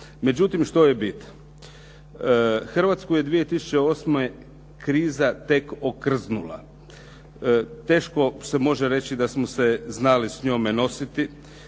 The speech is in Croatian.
Međutim, što je bit? Hrvatsku je 2008. kriza tek okrznula. Teško se može reći da smo se znali s njome nositi.